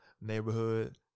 neighborhood